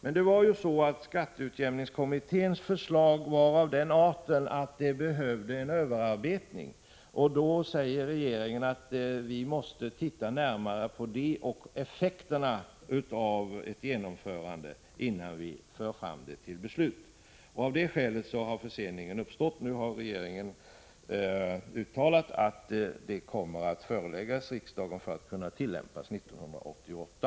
Men skatteutjämningskommitténs förslag var av den arten att det behövde bearbetas. Regeringen måste närmare studera effekterna av ett genomförande av förslaget innan man för det fram till beslut. Av det skälet har försening uppstått. Nu har regeringen uttalat att ett förslag kommer att föreläggas riksdagen för att skatteutjämning skall kunna tillämpas från 1988.